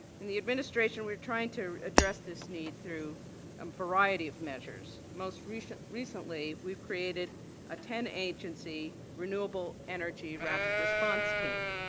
in the administration we're trying to address this need through a um variety of measures. most recently recently we've created a ten agency renewable energy rapid response team.